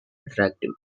attractive